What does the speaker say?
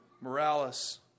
Morales